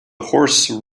horse